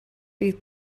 fydd